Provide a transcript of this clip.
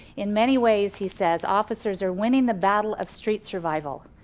in many ways he says, officers are winning the battle of street survival,